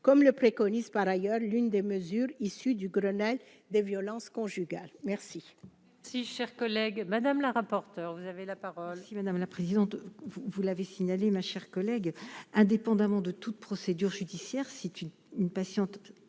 comme le préconise, par ailleurs, l'une des mesures issues du Grenelle des violences conjugales, merci.